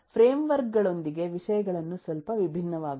frame work ಗಳೊಂದಿಗೆ ವಿಷಯಗಳನ್ನು ಸ್ವಲ್ಪ ವಿಭಿನ್ನವಾಗುತ್ತವೆ